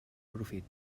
profit